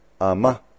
Ama